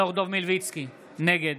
נגד